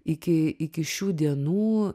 iki iki šių dienų